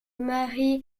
mary